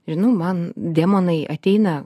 žinau man demonai ateina